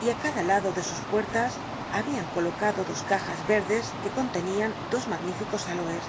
y ci cada lado de sus puertas babian colocado dos cajas verdes que contenían dos magníficos aloes